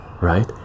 right